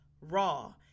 raw